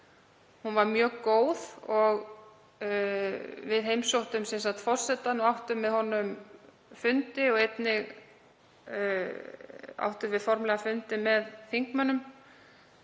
hún var mjög góð. Við heimsóttum forsetann og áttum með honum fundi og einnig áttum við formlega fundi með þingmönnum.